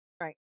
Right